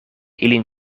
ilin